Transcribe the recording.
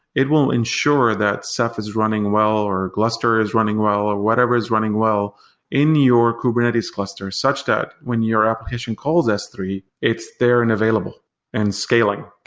it will ensure that ceph is running well or gluster is running well or whatever is running well in your kubernetes cluster such that when your application calls s three, it's there and available and scaling.